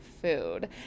food